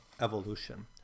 evolution